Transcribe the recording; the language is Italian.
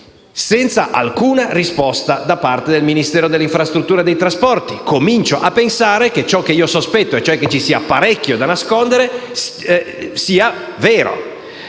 stata alcuna risposta da parte del Ministero delle infrastrutture e dei trasporti. Comincio a pensare che ciò che io sospetto, e cioè che ci sia parecchio da nascondere, sia vero.